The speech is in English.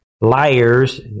liars